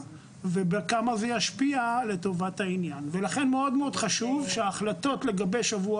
ובכמה זה יפיע לטובת העניין ולכן מאוד מאוד חשוב שההחלטות לגבי שבוע